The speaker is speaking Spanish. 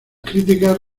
críticas